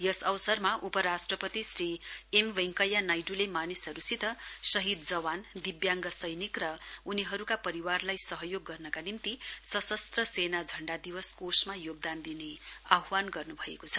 यस अवसरमा उपराष्ट्रपति श्री एम वेंकैया नाइडूले मानिसहरूसित शहीद जवान दिव्याङ्ग सैनिक र उनीहरूका परिवारलाई सहयोग गर्नका निम्ति सशस्त्र सेना झण्डा दिवस कोषमा योगदान दिने आह्वान गर्नुभएको छ